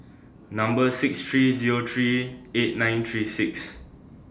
Number six three Zero three eight nine three six